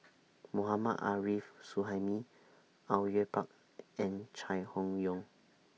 Mohammad Arif Suhaimi Au Yue Pak and Chai Hon Yoong